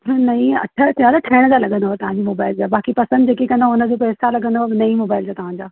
नही अठ हज़ार ठहिण जा लॻंदव तव्हांजी मोबाइल जा बाक़ी पसंदि जेकी कंदा हुनजो पैसा लॻंदव नई मोबाइल जा तव्हांजा